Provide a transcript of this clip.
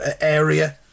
area